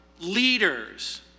leaders